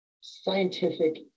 scientific